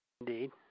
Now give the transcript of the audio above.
Indeed